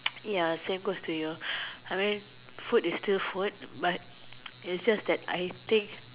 ya same goes to you food is still good but I think